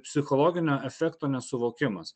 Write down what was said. psichologinio efekto nesuvokimas